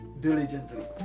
diligently